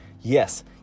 yes